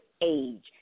age